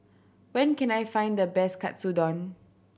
where can I find the best Katsudon